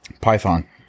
Python